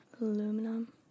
Aluminum